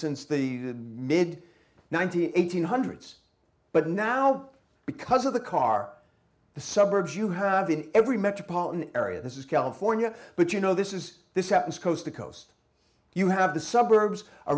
since the mid ninety eight hundreds but now because of the car the suburbs you have in every metropolitan area this is california but you know this is this happens coast to coast you have the suburbs